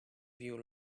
you